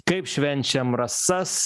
kaip švenčiam rasas